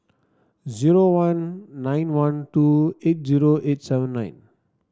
zero one nine one two eight zero eight seven nine